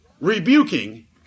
rebuking